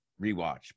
rewatch